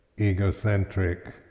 egocentric